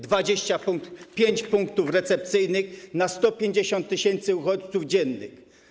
25 punktów recepcyjnych na 150 tys. uchodźców dziennie.